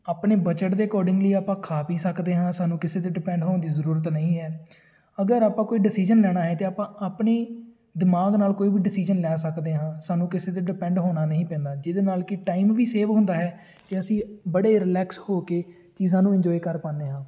ਆਪਣੇ ਬਜਟ ਦੇ ਅਕੋਡਿੰਗਲੀ ਆਪਾਂ ਖਾ ਪੀ ਸਕਦੇ ਹਾਂ ਸਾਨੂੰ ਕਿਸੇ 'ਤੇ ਡਿਪੈਂਡ ਹੋਣ ਦੀ ਜ਼ਰੂਰਤ ਨਹੀਂ ਹੈ ਅਗਰ ਆਪਾਂ ਕੋਈ ਡਿਸੀਜ਼ਨ ਲੈਣਾ ਹੈ ਤਾਂ ਆਪਾਂ ਆਪਣੀ ਦਿਮਾਗ ਨਾਲ ਕੋਈ ਵੀ ਡਿਸੀਜ਼ਨ ਲੈ ਸਕਦੇ ਹਾਂ ਸਾਨੂੰ ਕਿਸੇ 'ਤੇ ਡਿਪੈਂਡ ਹੋਣਾ ਨਹੀਂ ਪੈਂਦਾ ਜਿਹਦੇ ਨਾਲ ਕਿ ਟਾਈਮ ਵੀ ਸੇਵ ਹੁੰਦਾ ਹੈ ਅਤੇ ਅਸੀਂ ਬੜੇ ਰਿਲੈਕਸ ਹੋ ਕੇ ਚੀਜ਼ਾਂ ਨੂੰ ਇੰਜੋਏ ਕਰ ਪਾਉਂਦੇ ਹਾਂ